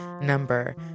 number